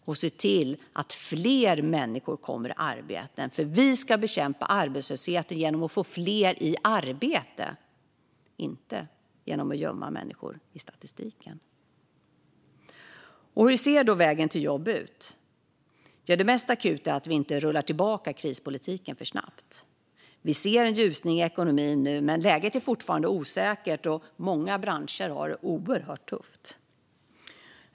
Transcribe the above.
Vi ska se till att fler människor kommer i arbete. Vi ska bekämpa arbetslösheten genom att få fler i arbete, inte genom att gömma människor i statistiken. Hur ser då vägen till jobb ut? Det första och mest akuta är att vi inte ska rulla tillbaka krispolitiken för snabbt. Vi ser nu en ljusning i ekonomin. Men läget är fortfarande osäkert, och många branscher har det oerhört tufft.